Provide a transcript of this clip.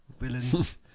villains